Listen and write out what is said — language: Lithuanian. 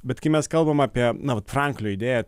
bet kai mes kalbam apie na vat franklio idėja